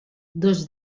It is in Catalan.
dos